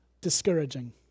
discouraging